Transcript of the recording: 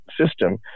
system